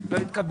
מי נגד?